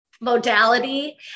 modality